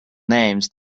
names